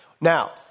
Now